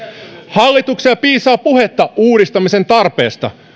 hallitukselta piisaa puhetta uudistamisen tarpeesta